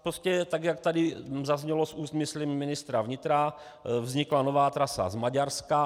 Prostě jak tady zaznělo z úst myslím ministra vnitra, vznikla nová trasa z Maďarska.